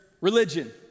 religion